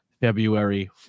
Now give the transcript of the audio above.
february